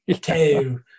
two